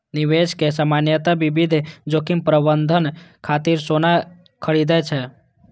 निवेशक सामान्यतः विविध जोखिम प्रबंधन खातिर सोना खरीदै छै